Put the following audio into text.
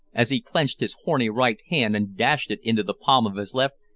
as he clenched his horny right hand and dashed it into the palm of his left,